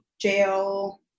jail